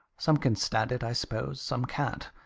some can stand it, i suppose some can't.